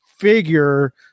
figure